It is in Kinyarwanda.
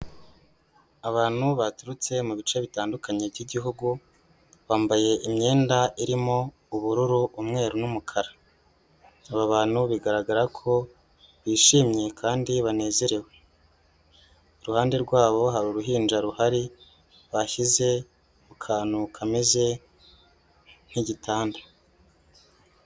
Abantu baturutse mu bice bitandukanye by'igihugu, bambaye imyenda irimo ubururu, umweru n'umukara, aba bantu bigaragara ko bishimye kandi banezerewe, iruhande rwabo hari uruhinja ruhari bashyize mu kantu ka meze nk'igitanda.